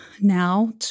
now